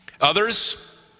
Others